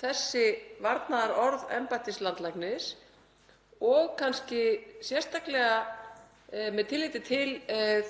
þessi varnaðarorð embættis landlæknis og kannski sérstaklega með tilliti til